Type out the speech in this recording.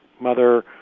mother